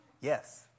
Yes